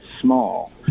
small